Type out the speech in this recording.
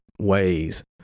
ways